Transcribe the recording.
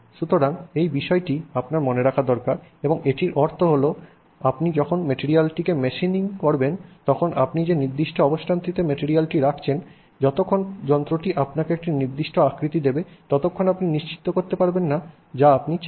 সুতরাং এই বিষয়টি আপনার মনে রাখা দরকার এবং এটির অর্থ হল আপনি যখন মেটেরিয়ালটিকে মেশিনিং করবেন তখন আপনি যে নির্দিষ্ট অবস্থানটিতে মেটেরিয়ালটি রাখছেন যতক্ষণ যন্ত্রটি আপনাকে একটি নির্দিষ্ট আকৃতি দেবে ততক্ষণ আপনি চিন্তিত করতে পারবেন না যা আপনি চান